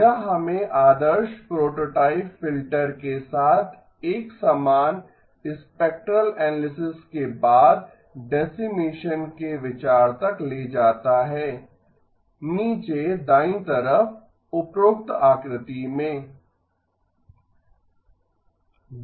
यह हमें आदर्श प्रोटोटाइप फिल्टर के साथ एक समान स्पेक्ट्रल एनालिसिस के बाद डेसीमेसन के विचार तक ले जाता है नीचे दाई तरफ उपरोक्त आकृति मे